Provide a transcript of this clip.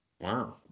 Wow